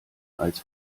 als